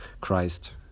Christ